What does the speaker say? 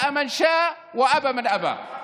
ירצה מי שירצה וימאן מי שימאן.) (אומר